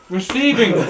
Receiving